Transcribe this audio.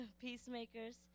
peacemakers